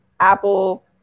Apple